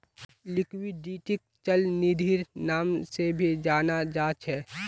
लिक्विडिटीक चल निधिर नाम से भी जाना जा छे